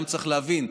גם צריך להבין,